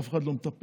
אף אחד לא מטפל,